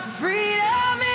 freedom